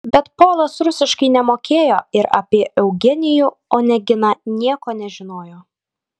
bet polas rusiškai nemokėjo ir apie eugenijų oneginą nieko nežinojo